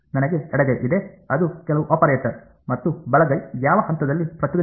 ನನಗೆ ಎಡಗೈ ಇದೆ ಅದು ಕೆಲವು ಆಪರೇಟರ್ ಮತ್ತು ಬಲಗೈ ಯಾವ ಹಂತದಲ್ಲಿ ಪ್ರಚೋದನೆಯಾಗಿದೆ